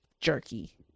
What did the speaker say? jerky